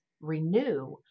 renew